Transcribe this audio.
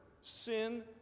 sin